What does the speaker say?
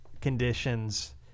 conditions